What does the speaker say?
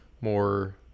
more